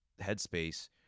headspace